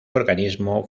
organismo